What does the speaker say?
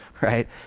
right